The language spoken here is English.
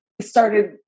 started